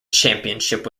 championship